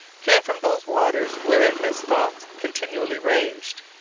came from those waters wherein his thoughts continually ranged.